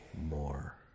more